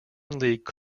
league